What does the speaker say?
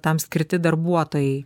tam skirti darbuotojai